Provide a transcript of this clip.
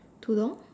tudung